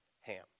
Ham